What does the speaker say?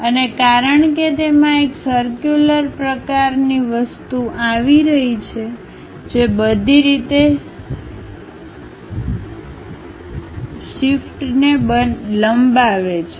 અને કારણ કે તેમાં એક સર્ક્યુલર પ્રકારની વસ્તુ આવી રહી છે જે બધી રીતે શાફ્ટને લંબાવે છે